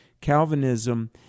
Calvinism